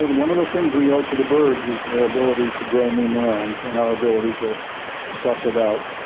ah one of the things we owe to the birds is their ability to grow new neurons and our ability to to suss it out.